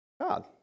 God